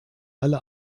alle